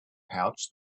pouch